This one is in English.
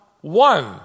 one